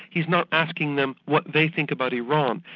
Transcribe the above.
he's not asking them what they think about iran,